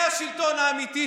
זה השלטון האמיתי,